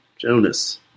Jonas